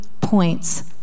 points